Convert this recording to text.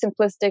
simplistic